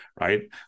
right